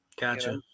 Gotcha